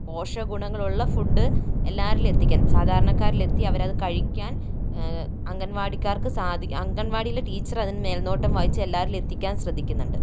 പോഷക ഗുണങ്ങളുള്ള ഫുഡ് എല്ലാവരിലും എത്തിക്കാൻ സാധാരണക്കാരിൽ എത്തി അവരത് കഴിക്കാൻ അംഗൻവാടിക്കാർക്ക് അംഗൻവാടിയിലെ ടീച്ചർ അതിന് മേൽനോട്ടം വഹിച്ച് എല്ലാവരിലും എത്തിയ്ക്കാൻ ശ്രദ്ധിക്കുന്നുണ്ട്